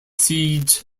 siege